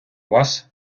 вас